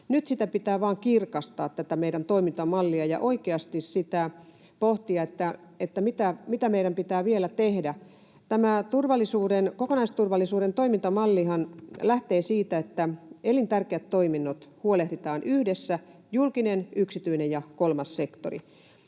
Nyt tätä meidän toimintamallia pitää vain kirkastaa ja oikeasti pohtia sitä, että mitä meidän pitää vielä tehdä. Tämä kokonaisturvallisuuden toimintamallihan lähtee siitä, että elintärkeät toiminnot huolehditaan yhdessä: julkinen, yksityinen ja kolmas sektori.